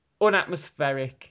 unatmospheric